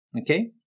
Okay